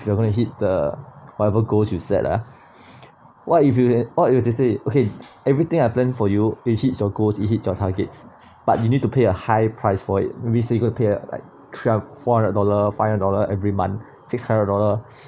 if you're gonna hit the whatever goals you set lah what if you had all you have to say okay everything I planned for you hit your goals you hit your targets but you need to pay a high price for it when we said you could appear like three or four hundred dollar five dollars every month six hundred dollar